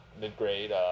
mid-grade